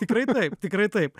tikrai taip tikrai taip